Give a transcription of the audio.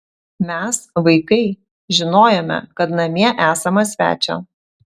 mes vaikai žinojome kad namie esama svečio